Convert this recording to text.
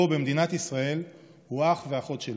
פה, במדינת ישראל, הוא אח ואחות שלי.